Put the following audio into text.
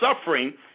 suffering